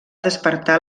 despertar